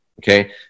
Okay